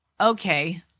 Okay